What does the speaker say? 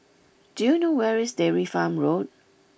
do you know where is Dairy Farm Road